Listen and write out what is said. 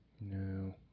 No